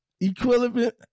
equivalent